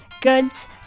goods